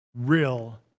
real